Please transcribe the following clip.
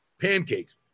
pancakes